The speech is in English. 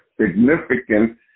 significant